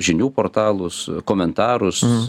žinių portalus komentarus